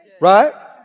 Right